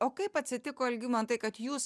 o kaip atsitiko algimantai kad jūs